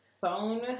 phone